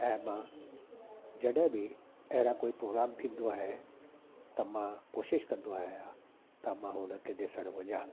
ऐं मां जॾहिं बि अहिड़ा प्रग्राम थींदो आहे त मां कोशिश कंदो आहियां त मां उन्हनि खे ॾिसणु वञा